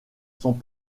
sont